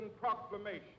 Proclamation